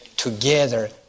Together